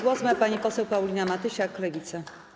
Głos ma pani poseł Paulina Matysiak, Lewica.